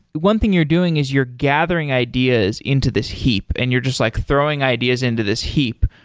one thing you're doing is you're gathering ideas into this heap and you're just like throwing ideas into this heap,